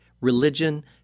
religion